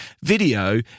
video